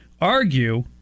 argue